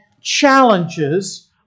challenges